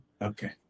Okay